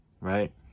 right